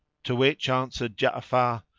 to which answered ja'afar,